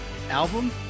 album